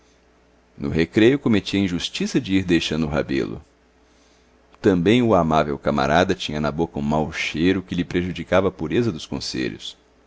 no recreio cometi a injustiça de ir deixando o rebelo também o amável camarada tinha na boca um mau cheiro que lhe prejudicava a pureza dos conselhos